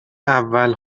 اول